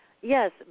Yes